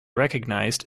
recognized